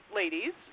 ladies